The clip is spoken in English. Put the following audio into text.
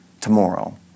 tomorrow